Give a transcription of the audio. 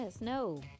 no